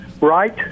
Right